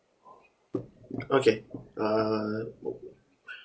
okay uh